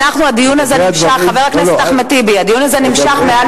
הדיון הזה נמשך,